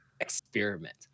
experiment